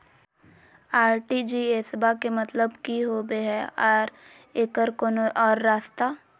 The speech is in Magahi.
आर.टी.जी.एस बा के मतलब कि होबे हय आ एकर कोनो और रस्ता?